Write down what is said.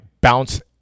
bounce